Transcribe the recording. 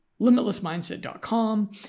limitlessmindset.com